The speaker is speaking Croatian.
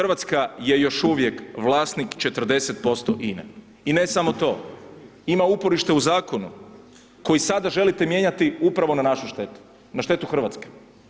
RH je još uvijek vlasnik 40% INA-e i ne samo to, ima uporište u zakonu koji sada želite mijenjati upravo na našu štetu, na štetu RH.